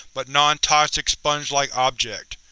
but nontoxic, sponge-like object.